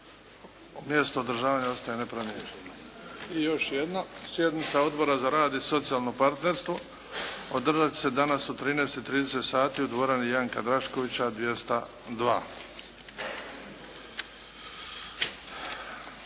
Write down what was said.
Mjesto održavanja ostaje nepromijenjeno. I još jedno. Sjednica Odbora za rad i socijalno partnerstvo održat će se danas u 13,30 sati u dvorani Janka Draškovića, 202.